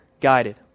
guided